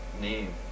name